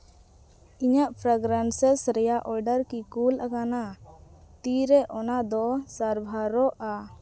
ᱤᱧᱟᱹᱜ ᱯᱷᱨᱮᱜᱽᱨᱮᱱᱥᱮᱥ ᱨᱮᱭᱟᱜ ᱚᱰᱟᱨ ᱠᱤ ᱠᱩᱞ ᱟᱠᱟᱱᱟ ᱛᱤᱱᱨᱮ ᱚᱱᱟ ᱫᱚ ᱥᱟᱨᱵᱷᱟᱨᱚᱜᱼᱟ